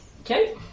Okay